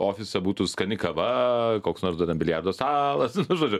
ofise būtų skani kava koks nors ten dar biliardo stalas nu žodžiu